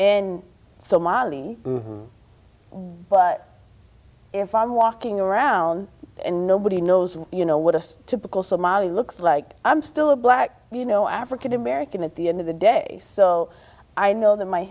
molly but if i'm walking around and nobody knows you know what a typical somali looks like i'm still a black you know african american at the end of the day so i know the my